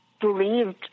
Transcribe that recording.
believed